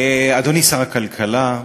אדוני, שר הכלכלה,